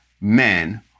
men